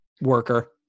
worker